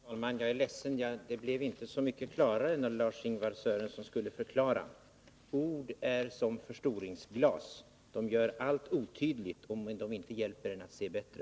Herr talman! Jag är ledsen, men det blev inte så mycket klarare när Lars-Ingvar Sörenson skulle förklara. — Ord är som förstoringsglas. De gör allt otydligt om de inte hjälper till att se bättre.